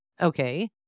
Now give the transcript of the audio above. Okay